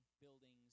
buildings